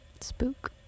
Spook